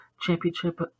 championship